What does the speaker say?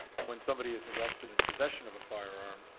and when somebody is arrested in possession of a firearm,